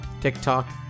TikTok